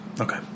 Okay